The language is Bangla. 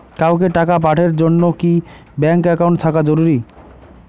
কাউকে টাকা পাঠের জন্যে কি ব্যাংক একাউন্ট থাকা জরুরি?